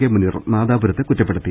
K Muneer നാദാപുരത്ത് കുറ്റപ്പെടുത്തി